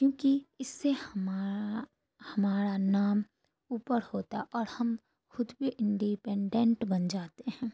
کیونکہ اس سے ہمارا ہمارا نام اوپر ہوتا اور ہم خود بھی انڈیپنڈنٹ بن جاتے ہیں